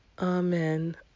Amen